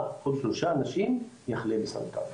אחד מכל שלושה אנשים יחלה בסרטן.